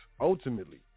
ultimately